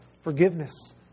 forgiveness